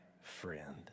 friend